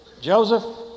Joseph